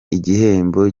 igihembo